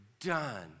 done